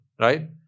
right